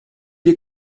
est